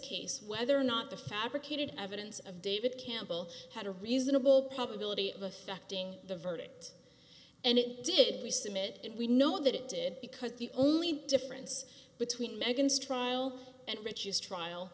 case whether or not the fabricated evidence of david campbell had a reasonable probability of affecting the verdict and it did we submit we know that it did because the only difference between meccans trial and rich's trial